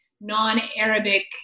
non-Arabic